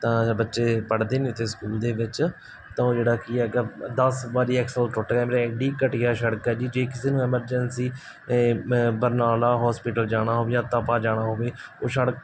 ਤਾਂ ਬੱਚੇ ਪੜ੍ਹਦੇ ਨਹੀਂ ਉੱਥੇ ਸਕੂਲ ਦੇ ਵਿੱਚ ਤਾਂ ਉਹ ਜਿਹੜਾ ਕੀ ਹੈਗਾ ਦਸ ਵਾਰੀ ਐਕਸਲ ਟੁੱਟ ਗਿਆ ਮੇਰਾ ਐਡੀ ਘਟੀਆ ਸੜਕ ਆ ਜੀ ਜੇ ਕਿਸੇ ਨੂੰ ਐਮਰਜੰਸੀ ਬਰਨਾਲਾ ਹੋਸਪਿਟਲ ਜਾਣਾ ਹੋਵੇ ਜਾਂ ਤਪਾ ਜਾਣਾ ਹੋਵੇ ਉਹ ਸੜਕ